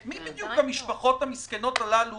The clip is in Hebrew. את מי המשפחות המסכנות הללו